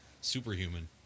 Superhuman